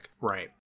Right